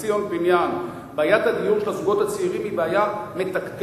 פיניאן: בעיית הדיור של הזוגות הצעירים היא בעיה מתקתקת,